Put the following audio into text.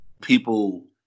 people